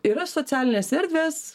yra socialinės erdvės